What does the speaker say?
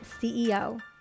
CEO